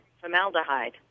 formaldehyde